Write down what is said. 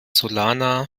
solana